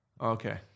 Okay